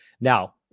Now